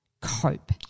cope